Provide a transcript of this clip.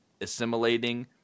assimilating